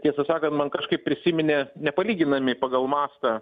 tiesą sakant man kažkaip prisiminė nepalyginami pagal mastą